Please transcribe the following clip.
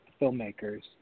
filmmakers